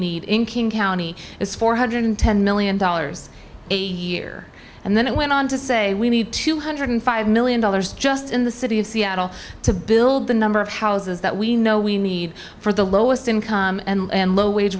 need in king county is four hundred and ten million dollars a year and then it went on to say we need two hundred and five million dollars just in the city of seattle to bill the number of houses that we know we need for the lowest income and low wage